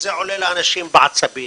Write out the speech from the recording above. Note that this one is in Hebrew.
וזה עולה לאנשים בעצבים,